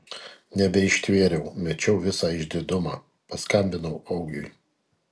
nebeištvėriau mečiau visą išdidumą paskambinau augiui